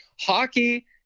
Hockey